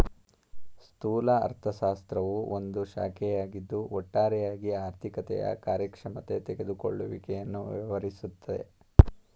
ಸ್ಥೂಲ ಅರ್ಥಶಾಸ್ತ್ರವು ಒಂದು ಶಾಖೆಯಾಗಿದ್ದು ಒಟ್ಟಾರೆಯಾಗಿ ಆರ್ಥಿಕತೆಯ ಕಾರ್ಯಕ್ಷಮತೆ ತೆಗೆದುಕೊಳ್ಳುವಿಕೆಯನ್ನು ವ್ಯವಹರಿಸುತ್ತೆ